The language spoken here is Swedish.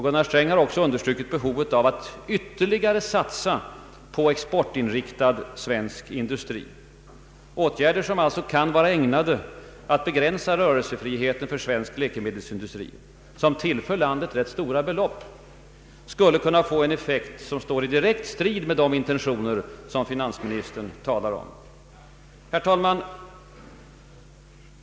Gunnar Sträng har också understrukit behovet av att ytterligare satsa på exportinriktad svensk industri. Åtgärder som kan vara ägnade att begränsa rörelsefriheten inom svensk läkemedelsindustri, som tillför landet rätt stora belopp, skulle kunna få en effekt som står i direkt strid med de intentioner som finansministern talar om. Herr talman!